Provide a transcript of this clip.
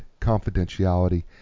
confidentiality